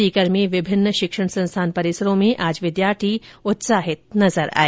सीकर में विभिन्न शिक्षण संस्थान परिसरों में आज विद्यार्थी उत्साहित नजर आए